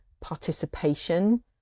participation